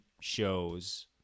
shows